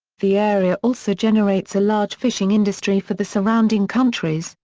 the area also generates a large fishing industry for the surrounding countries,